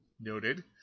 Noted